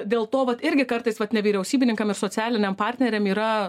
dėl to vat irgi kartais vat nevyriausybininkam ir socialiniam partneriam yra